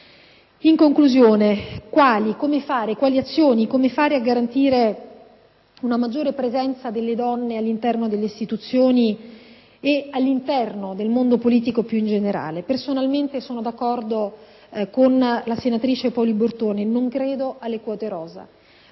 intraprendere? Come fare a garantire una maggiore presenza delle donne all'interno delle istituzioni e del mondo politico più in generale? Personalmente sono d'accordo con la senatrice Poli Bortone: non credo alle quote rosa,